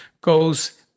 goes